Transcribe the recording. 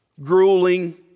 grueling